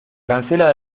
cancela